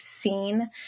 seen